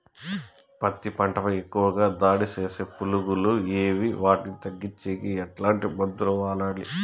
పత్తి పంట పై ఎక్కువగా దాడి సేసే పులుగులు ఏవి వాటిని తగ్గించేకి ఎట్లాంటి మందులు వాడాలి?